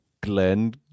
Glenn